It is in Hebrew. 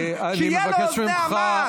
שיהיו לו אוזני המן.